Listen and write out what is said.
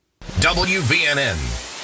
WVNN